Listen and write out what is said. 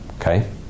Okay